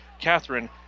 Catherine